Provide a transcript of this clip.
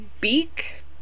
beak